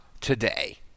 today